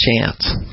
chance